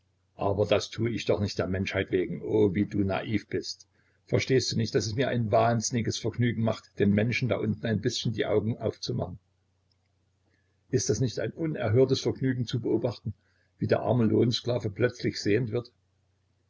aber das tu ich doch nicht der menschheit wegen o wie du naiv bist verstehst du nicht daß es mir ein wahnsinniges vergnügen macht den menschen da unten ein bißchen die augen aufzumachen ist das nicht ein unerhörtes vergnügen zu beobachten wie der arme lohnsklave plötzlich sehend wird